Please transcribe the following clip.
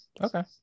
Okay